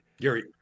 Gary